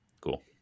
cool